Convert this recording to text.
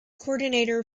coordinator